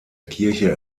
kirche